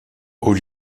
haut